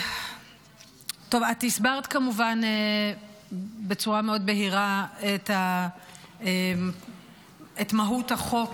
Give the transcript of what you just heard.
את הסברת, כמובן, בצורה מאוד בהירה את מהות החוק